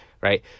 right